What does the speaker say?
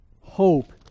hope